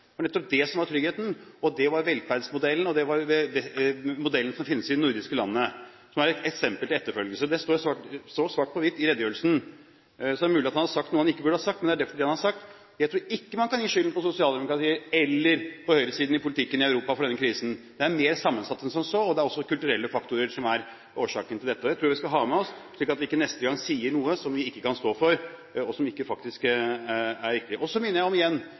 og den velferdsmodellen finnes i de nordiske landene, og er et eksempel til etterfølgelse. Det står svart på hvitt i redegjørelsen. Så det er mulig at han har sagt noe han ikke burde ha sagt, men det er nettopp det han har sagt. Jeg tror ikke man kan gi sosialdemokratiet eller høyresiden i politikken i Europa skylden for denne krisen. Det er mer sammensatt enn som så, og også kulturelle faktorer er årsaken til dette. Jeg tror vi skal ha det med oss, så vi ikke neste gang sier noe som vi ikke kan stå for, og som faktisk ikke er riktig. Så minner jeg igjen om,